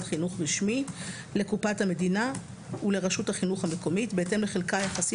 חינוך רשמי לקופת המדינה ולרשות החינוך המקומית בהתאם לחלקה היחסי